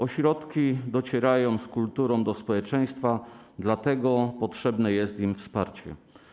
Ośrodki docierają z kulturą do społeczeństwa, dlatego potrzebne jest im wsparcie.